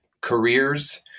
careers